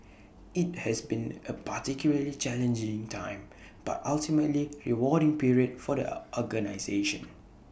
IT has been A particularly challenging time but ultimately rewarding period for the organisation